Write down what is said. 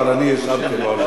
אבל אני אישרתי לו.